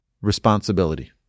responsibility